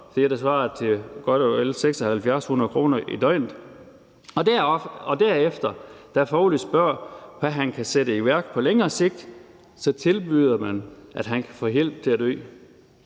det, der svarer til godt og vel 7.600 kr. i døgnet, og derefter, da Foley spørger, hvad han kan sætte i værk på længere sigt, tilbyder Roger, at han kan få hjælp til at dø.